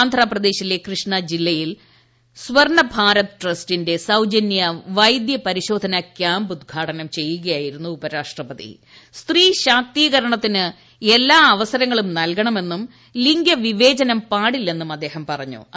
ആന്ധ്രാപ്രദേശിലെ കൃഷ്ണ ജില്ലയിൽ സ്വർണ്ണ ഭാരത് ട്രസ്റ്റിന്റെ സൌജന്യ വൈദ്യപരിശോധന ക്യാമ്പ് ഉദ്ഘാടനം ചെയ്യുകയായിരുന്നു ഉപരാഷ്ട്രപ്തി സ്ത്രീ ശാക്തീകരണത്തിന് എല്ലാ അവസരങ്ങളും നല്ക്കണ്ണ്മെന്നും ലിംഗ വിവേചനം പാടില്ലെന്നും അദ്ദേഹം പറ്റഞ്ഞു്